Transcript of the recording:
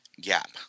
gap